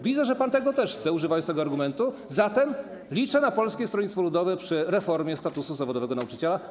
Widzę, że pan też tego chce, ponieważ używa pan tego argumentu, zatem liczę na Polskie Stronnictwo Ludowe przy reformie statusu zawodowego nauczyciela.